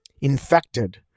infected